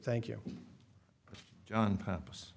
thank you john pompous